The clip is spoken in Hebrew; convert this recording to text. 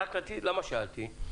למה שאלתי?